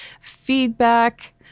feedback